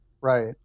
Right